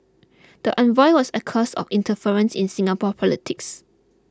the envoy was accused of interference in Singapore politics